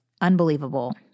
Unbelievable